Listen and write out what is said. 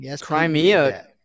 Crimea